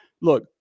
Look